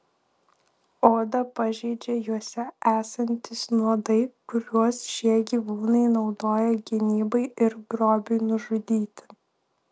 odą pažeidžia juose esantys nuodai kuriuos šie gyvūnai naudoja gynybai ir grobiui nužudyti